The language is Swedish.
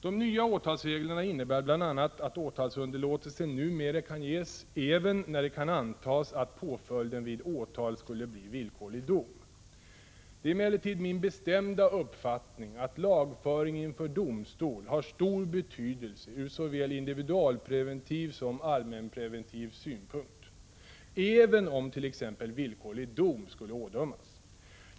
De nya åtalsreglerna innebär bl.a. att åtalsunderlåtelse numera kan ges även när det kan antas att påföljden vid åtal skulle bli villkorlig dom. Det är emellertid min bestämda uppfattning att lagföring inför domstol har stor betydelse från såväl individualpreventiv som allmänpreventiv synpunkt, även om t.ex. villkorlig dom skulle ådömas.